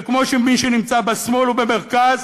וכמו מי שנמצא בשמאל ובמרכז,